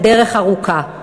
הדרך ארוכה.